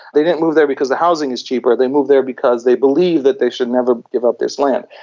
they didn't move there because the housing is cheaper, they moved there because they believe that they should never give up this land.